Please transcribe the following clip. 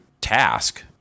task